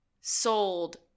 sold